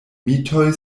mitoj